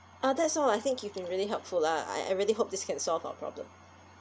uh that's all I think you've been really helpful lah I I really hope this can solve our problem